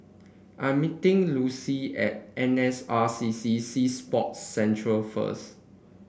I'm meeting Lucile at N S R C C Sea Sports Centre first